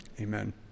Amen